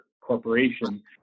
corporation